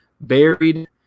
buried